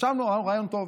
חשבנו שזה רעיון טוב,